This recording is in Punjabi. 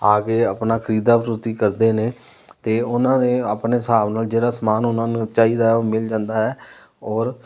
ਆ ਕੇ ਆਪਣਾ ਖੀਰਦਾ ਖਰੂਦੀ ਕਰਦੇ ਨੇ ਅਤੇ ਉਹਨਾਂ ਨੇ ਆਪਣੇ ਹਿਸਾਬ ਨਾਲ ਜਿਹੜਾ ਸਮਾਨ ਉਹਨਾਂ ਨੂੰ ਚਾਹੀਦਾ ਹੈ ਉਹ ਮਿਲ ਜਾਂਦਾ ਹੈ ਔਰ